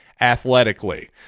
athletically